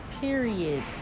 period